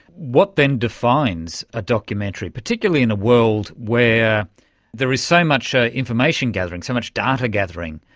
what then defines a documentary, particularly in a world where there is so much information-gathering, so much data-gathering,